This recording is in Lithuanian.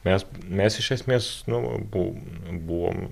mes mes iš esmės nu abu buvom